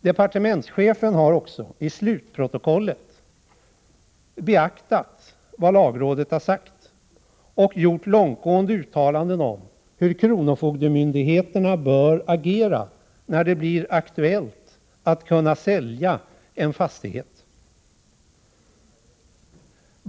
Departementschefen har också i slutprotokollet beaktat vad lagrådet har sagt och gjort långtgående uttalanden om hur kronofogdemyndigheterna bör agera, när det blir aktuellt att kunna sälja en fastighet.